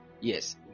yes